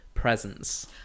presence